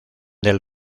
del